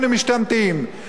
חס וחלילה,